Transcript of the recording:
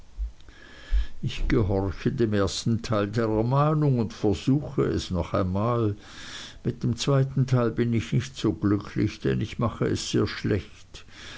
ich gehorche dem ersten teil der ermahnung und versuche es noch einmal mit dem zweiten teil bin ich nicht so glücklich denn ich mache es sehr schlecht